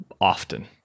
often